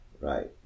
right